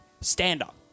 stand-up